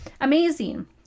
Amazing